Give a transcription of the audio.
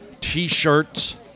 t-shirts